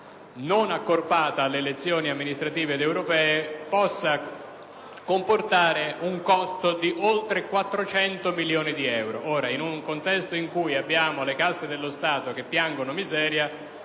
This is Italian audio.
la data per le elezioni amministrative ed europee possa comportare un costo di oltre 400 milioni di euro. In un contesto in cui le casse dello Stato piangono miseria,